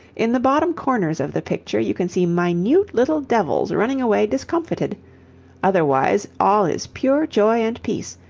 in the bottom corners of the picture you can see minute little devils running away discomfited otherwise all is pure joy and peace,